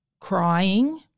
crying